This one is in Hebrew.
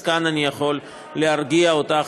אז כאן אני יכול להרגיע אותך,